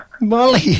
Molly